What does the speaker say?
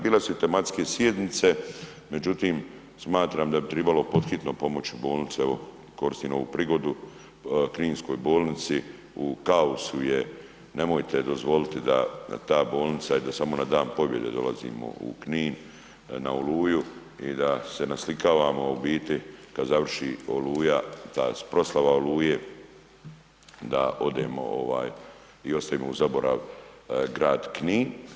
Bile su i tematske sjednice, međutim, smatram da bi trebalo pod hitno pomoći bolnice, evo, koristim ovu prigodu, kninskoj bolnici, u kaosu je, nemojte dozvoliti da ta bolnica, da samo na Dan pobjede dolazimo u Knin na Oluju i da se naslikavamo u biti, a kad završi Oluja, za proslava Oluje, da odemo i ostavimo u zaborav grad Knin.